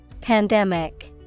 Pandemic